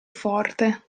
forte